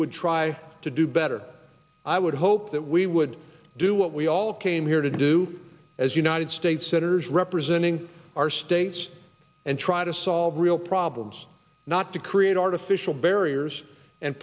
would try to do better i would hope that we would do what we all came here to do as united states senators representing our states and try to solve real problems not to create artificial barriers and